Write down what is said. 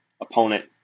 opponent